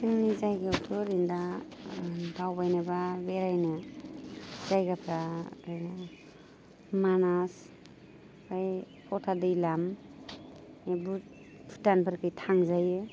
जोंनि जायगायावथ' ओरैनो दा दावबायनोबा बेरायनो जायगाफ्रा ओरैनो मानास ओमफ्राय पटादैलाम भुटानफोरखै थांजायो